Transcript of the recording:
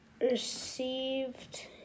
Received